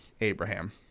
Abraham